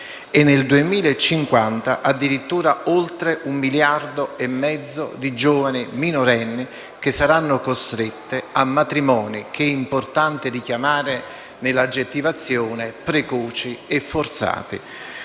E nel 2050, addirittura oltre un miliardo e mezzo di giovani minorenni saranno costrette a matrimoni che (è importante richiamarne l'aggettivazione) saranno precoci e forzati.